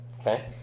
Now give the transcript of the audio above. Okay